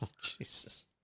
Jesus